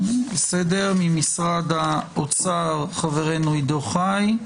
ממשרד האוצר חברנו עידו חי.